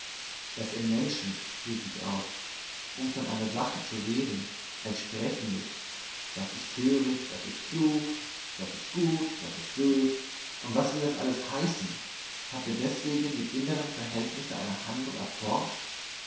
daß ihr menschen rief ich aus um von einer sache zu reden gleich sprechen müßt das ist töricht das ist klug das ist gut das ist bös und was will das alles heißen habt ihr deswegen die innern verhältnisse einer handlung erforscht